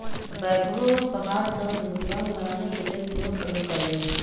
backhoe पहाड़ सभ में सुरंग बनाने के लेल सेहो प्रयोग कएल जाइ छइ